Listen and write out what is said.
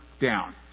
down